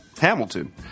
Hamilton